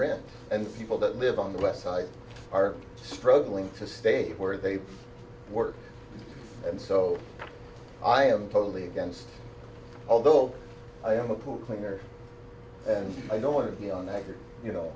rant and people that live on the west side are struggling to stay where they work and so i am totally against although i am a pool cleaner and i don't want to